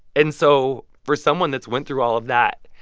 and so for someone that's went through all of that